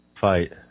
fight